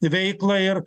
veiklą ir